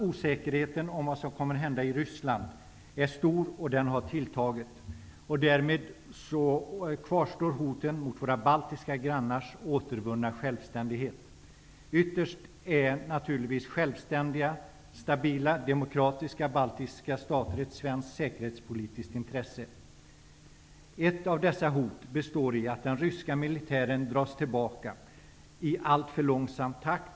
Osäkerheten om vad som kommer att hända i Ryssland är stor och har tilltagit. Därmed kvarstår hoten mot våra baltiska grannars återvunna självständighet. Ytterst är naturligtvis självständiga, stabila, demokratiska baltiska stater av svenskt säkerhetspolitiskt intresse. Ett av dessa hot består i att den ryska militären dras tillbaka i alltför långsam takt.